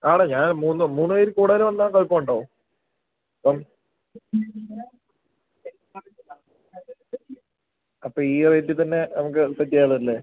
ആണ് ഞാൻ മൂന്ന് മൂന്ന് പേരില് കൂടുതല് വന്നാല് കുഴപ്പമുണ്ടോ അപ്പം ഈ റേറ്റില് തന്നെ നമുക്ക് സെറ്റ് ചെയ്യാമല്ലോ അല്ലേ